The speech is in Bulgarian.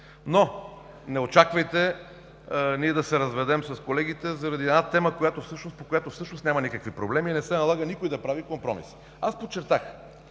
Но не очаквайте ние да се разведем с колегите, заради една тема, по която всъщност няма никакви проблеми и не се налага никой да прави компромиси. Аз подчертавах: